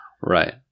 Right